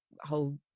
whole